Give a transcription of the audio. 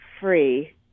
free